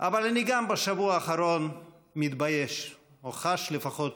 אבל אני, גם בשבוע האחרון, מתבייש או לפחות